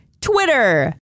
Twitter